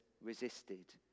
resisted